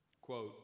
Quote